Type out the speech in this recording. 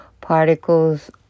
Particles